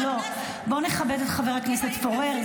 בואו נכבד את חבר הכנסת פורר,